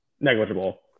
negligible